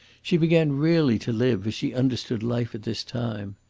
she began really to live as she understood life at this time.